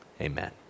Amen